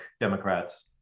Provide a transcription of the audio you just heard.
democrats